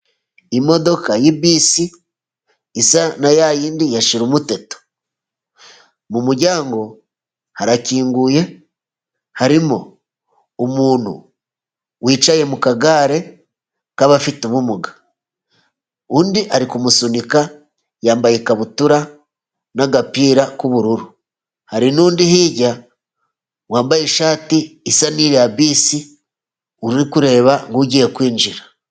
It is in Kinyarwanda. Imodoka ya bisi isa na ya yinindi ya shirumuteto. Mu muryango harakinguye harimo umuntu wicaye mu kagare k'abafite ubumuga, undi ari kumusunika yambaye ikabutura n'agapira k'ubururu, hari n'undi hirya wambaye ishati isa n'iriya bisi uri kureba nk'ugiye kwinjira.